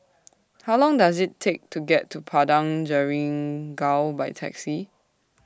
How Long Does IT Take to get to Padang Jeringau By Taxi